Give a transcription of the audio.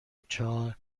چهار